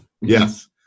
yes